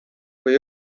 kui